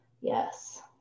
Yes